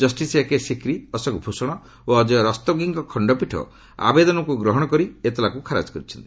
justice A K Sikri Ashok Bhushan ଓ ଅଜୟ ରସ୍ତୋଗିଙ୍କ ଖଣ୍ଡପୀଠ ଆବଦନକୁ ଗ୍ରହଣ କରି ଏତଲାକୁ ଖାରଜ କରିଛନ୍ତି